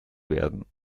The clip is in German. werden